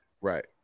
right